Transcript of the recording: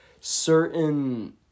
certain